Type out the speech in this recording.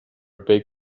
big